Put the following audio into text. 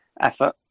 effort